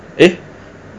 eh